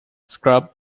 scrub